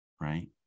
right